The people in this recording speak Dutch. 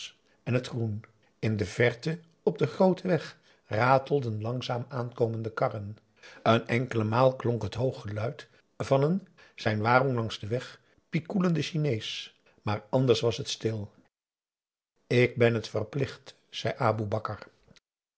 en het groen in de verte op den grooten weg ratelden langzaam aankomende karren een enkele maal klonk t hoog geluid van een zijn warong langs den weg pikoelenden chinees maar anders was het stil ik ben het verplicht zei aboe bakar